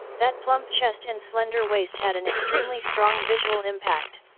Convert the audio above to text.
that plump chest and slender waist had an extremely strong visual impact.